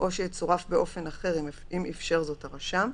או שיצורף באופן אחר אם אפשר זאת הרשם,